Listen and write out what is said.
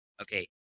Okay